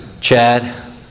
Chad